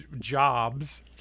jobs